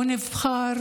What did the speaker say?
נבחר